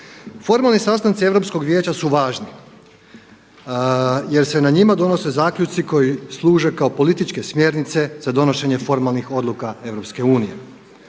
Formalni sastanci Europskog vijeća su važni, jer se na njima donose zaključci koji služe kao političke smjernice za donošenje formalnih odluka EU.